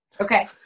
okay